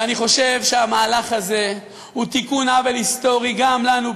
אני חושב שהמהלך הזה הוא תיקון עוול היסטורי גם לנו,